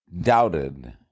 doubted